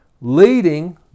Leading